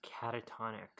catatonic